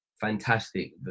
fantastic